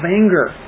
anger